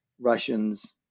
russians